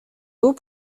dos